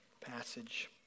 passage